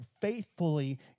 faithfully